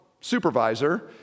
supervisor